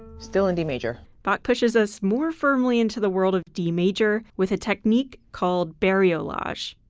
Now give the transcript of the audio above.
still in d major bach pushes us more firmly into the world of d major with a technique called bariolage.